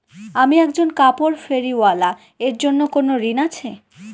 আমি একজন কাপড় ফেরীওয়ালা এর জন্য কোনো ঋণ আছে?